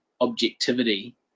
objectivity